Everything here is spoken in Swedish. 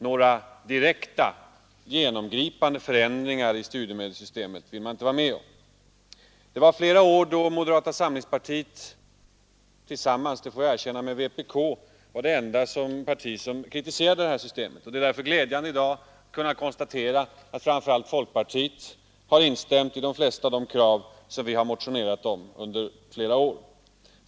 Några direkta, genomgripande förändringar i studiemedelssystemet vill socialdemokraterna inte vara med om att göra. Under flera år var moderata samlingspartiet — ibland tillsammans med vpk, det får jag erkänna — det parti som ensamt kritiserade det här systemet. Det är därför glädjande att i dag kunna konstatera att framför allt folkpartiet har instämt i de flesta av de krav som vi motionsledes har framfört under flera år.